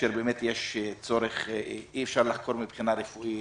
כאשר אי-אפשר לחקור מבחינה רפואית,